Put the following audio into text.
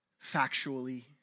factually